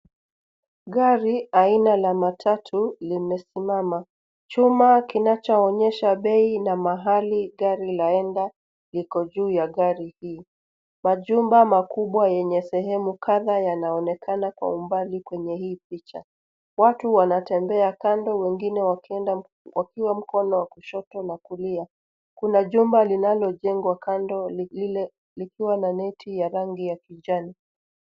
Gari aina la matatu limesimama. Chuma kinachoonyesha bei na mahali gari laenda liko juu ya gari hii. Majumba makubwa yenye sehemu kadhaa yanaonekana kwa umbali kwenye hii picha. Watu wanatembea kando, wengine wakienda wakiwa mkono wa kushoto na kulia. Kuna jumba linalojengwa kando likiwa na neti ya rangi ya kijani.